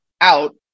out